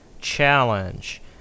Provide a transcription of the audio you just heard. challenge